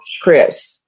Chris